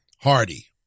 Hardy